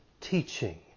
teaching